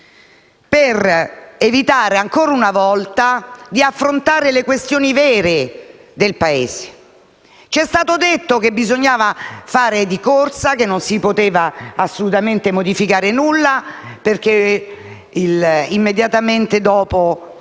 per evitare, ancora una volta, di affrontare le questioni vere del Paese. Ci è stato detto che bisognava fare di corsa, che non si poteva assolutamente modificare nulla, perché immediatamente dopo